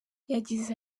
yagize